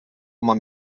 mam